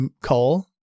call